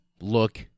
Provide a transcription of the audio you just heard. look